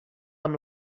amb